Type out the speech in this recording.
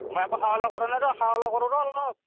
মই একো খোৱা লোৱা কৰা নাই ৰ খোৱা লোৱা কৰোঁ ৰ' অলপ